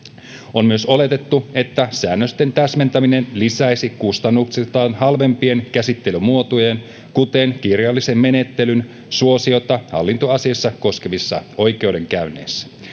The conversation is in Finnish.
on myös oletettu että säännösten täsmentäminen lisäisi kustannuksiltaan halvempien käsittelymuotojen kuten kirjallisen menettelyn suosiota hallintoasiaa koskevissa oikeudenkäynneissä